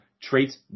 traits